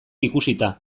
ikusita